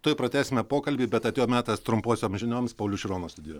tuoj pratęsime pokalbį bet atėjo metas trumposioms žinioms paulius šironas studijoje